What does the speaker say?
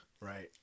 Right